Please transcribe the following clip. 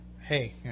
hey